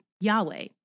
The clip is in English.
Yahweh